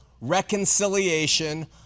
reconciliation